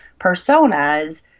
personas